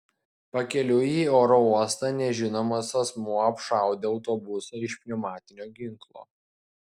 pakeliui į oro uostą nežinomas asmuo apšaudė autobusą iš pneumatinio ginklo